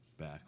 back